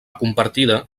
compartida